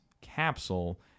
capsule